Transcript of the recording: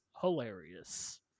hilarious